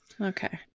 okay